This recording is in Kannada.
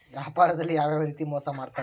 ವ್ಯಾಪಾರದಲ್ಲಿ ಯಾವ್ಯಾವ ರೇತಿ ಮೋಸ ಮಾಡ್ತಾರ್ರಿ?